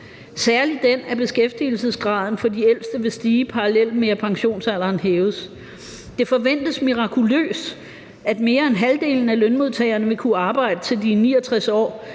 særlig den, at beskæftigelsesgraden for de ældste vil stige parallelt med, at pensionsalderen hæves. Det forventes mirakuløst, at mere end halvdelen af lønmodtagerne vil kunne arbejde, til de er 69 år,